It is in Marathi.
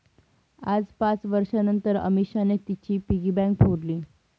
आज पाच वर्षांनतर अमीषाने तिची पिगी बँक फोडली